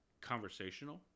conversational